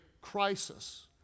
crisis